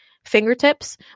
Fingertips